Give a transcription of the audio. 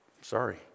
Sorry